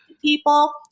People